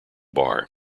bar